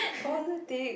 politic